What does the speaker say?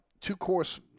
two-course